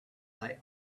they